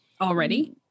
already